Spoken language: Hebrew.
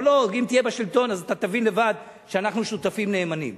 אם תהיה בשלטון אתה תבין לבד שאנחנו שותפים נאמנים